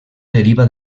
deriva